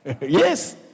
Yes